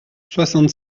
soixante